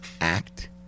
act